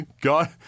God